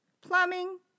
Plumbing